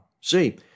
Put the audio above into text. See